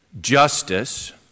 justice